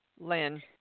Lynn